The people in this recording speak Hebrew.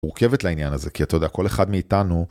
מורכבת לעניין הזה כי אתה יודע כל אחד מאיתנו